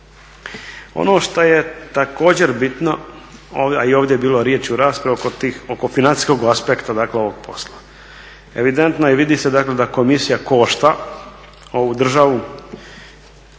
Ono što je također bitno ovdje, a i ovdje je bilo riječ u raspravi kod tih, oko financijskog aspekta, dakle ovog posla. Evidentno je i vidi se dakle da komisija košta ovu državu,